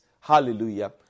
Hallelujah